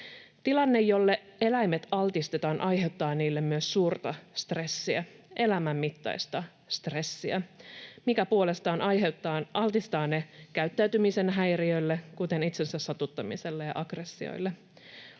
Tilanne, jolle eläimet altistetaan, aiheuttaa niille myös suurta stressiä, elämän mittaista stressiä, mikä puolestaan altistaa ne käyttäytymisen häiriöille, kuten itsensä satuttamiselle ja aggressioille.